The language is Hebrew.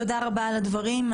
תודה רבה על הדברים.